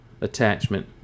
attachment